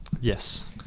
Yes